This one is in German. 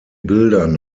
bildern